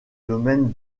domaine